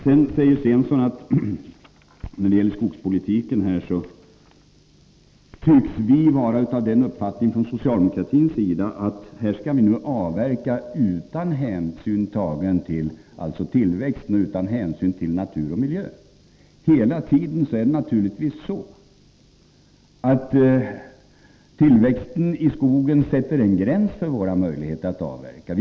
Sedan säger Stensson, när det gäller skogspolitiken, att vi från socialdemokratins sida tycks vara av den uppfattningen att vi skall avverka utan hänsyn tagen till tillväxt och utan hänsyn till natur och miljö. Hela tiden sätter naturligtvis tillväxten i skogen en gräns för våra möjligheter att avverka.